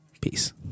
Peace